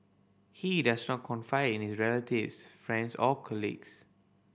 he does not confide in his relatives friends or colleagues